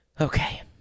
Okay